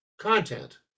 content